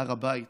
בהר הבית